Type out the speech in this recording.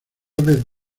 vez